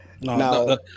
No